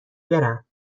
برم